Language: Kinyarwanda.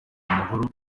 amahoro